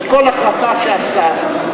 שכל החלטה של השר,